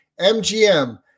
MGM